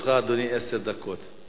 לרשותך, אדוני, עשר דקות.